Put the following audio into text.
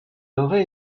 aurait